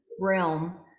realm